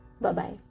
Bye-bye